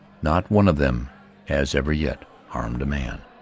not one of them has ever yet harmed a man.